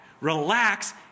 relax